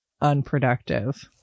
unproductive